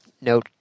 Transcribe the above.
note